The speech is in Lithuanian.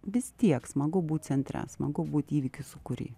vis tiek smagu būt centre smagu būt įvykių sūkury